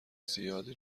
زیادی